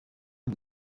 une